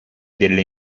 delle